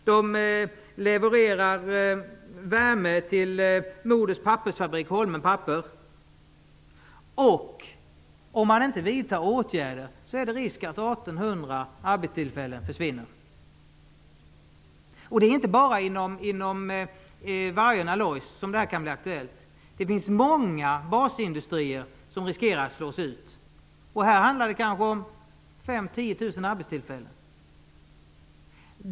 Man levererar värme till Modos pappersfabrik Holmen Paper. Om vi inte vidtar åtgärder är det risk att 1 800 arbetstillfällen försvinner. Det är inte bara inom Vargön Alloys som det kan bli aktuellt. Det finns många basindustrier som riskerar att slås ut. Det handlar om 5 000-10 000 arbetstillfällen.